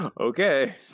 Okay